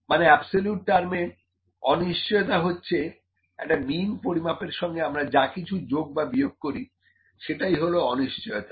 মানে অ্যাবসোলুট টার্মে অনিশ্চয়তা হচ্ছে একটা মিন পরিমাপের সঙ্গে আমরা যা কিছু যোগ বা বিয়োগ করি সেটাই হলো অনিশ্চয়তা